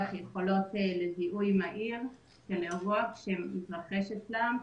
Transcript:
יכולות לזיהוי מהיר של אירוע שמתרחש אצלם.